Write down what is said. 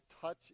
touch